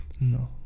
No